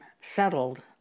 settled